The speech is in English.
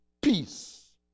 peace